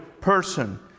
person